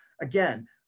again